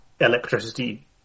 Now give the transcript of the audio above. electricity